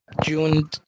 June